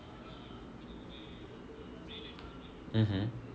mm mm